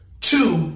Two